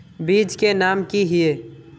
बीज के नाम की हिये?